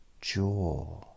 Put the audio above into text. jaw